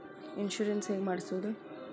Insurance ಹೇಗೆ ಮಾಡಿಸುವುದು?